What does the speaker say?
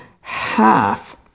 half